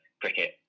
cricket